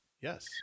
Yes